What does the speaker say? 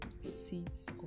seeds